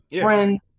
friends